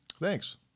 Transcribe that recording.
Thanks